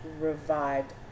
revived